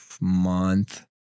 month